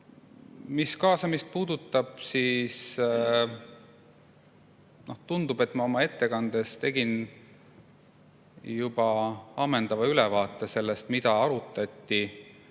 Mis kaasamist puudutab, siis tundub, et ma oma ettekandes tegin juba ammendava ülevaate sellest, mida arutati